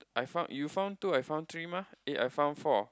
I found you found two I found three mah eh found four